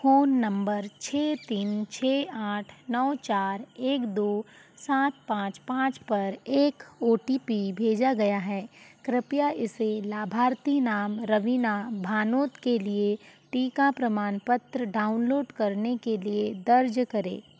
phone number छः तीन छः आठ नौ चार एक दो सात पाँच पाँच पर एक ओ टी पी भेजा गया है कृपया इसे लाभार्थी नाम रवीना भानोद के लिए टीका प्रमाणपत्र डाउनलोड करने के लिए दर्ज करें